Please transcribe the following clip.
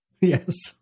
Yes